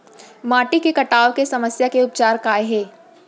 माटी के कटाव के समस्या के उपचार काय हे?